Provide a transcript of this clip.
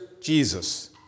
Jesus